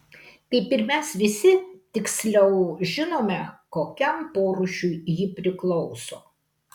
kaip ir mes visi tiksliau žinome kokiam porūšiui ji priklauso